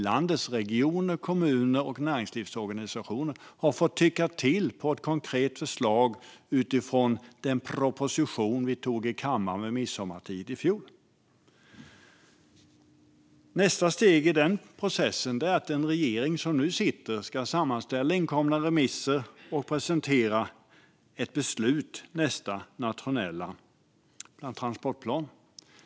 Landets regioner, kommuner och näringslivsorganisationer har fått tycka till om ett konkret förslag utifrån den proposition som vi fattade beslut om i kammaren vid midsommartid i fjol. Nästa steg i den processen är att den regering som nu sitter ska sammanställa inkomna svar på remisser och presentera ett förslag till beslut om nästa nationella transportplan.